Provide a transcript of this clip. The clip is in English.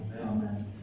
amen